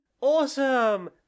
Awesome